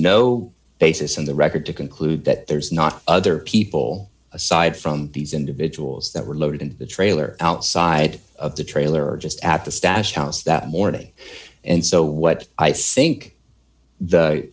no basis in the record to conclude that there's not other people aside from these individuals that were loaded into the trailer outside of the trailer or just at the stash house that morning and so what i think the